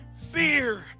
Fear